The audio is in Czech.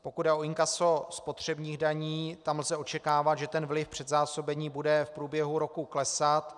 Pokud jde o inkaso spotřebních daní, tam lze očekávat, že ten vliv předzásobení bude v průběhu roku klesat.